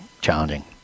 challenging